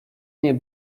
nie